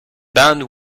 band